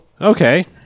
Okay